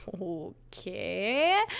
okay